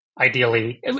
ideally